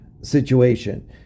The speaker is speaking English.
situation